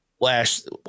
last